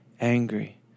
angry